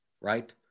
Right